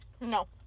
No